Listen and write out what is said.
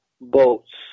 boats